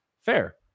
fair